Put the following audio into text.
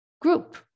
group